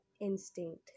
instinct